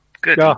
Good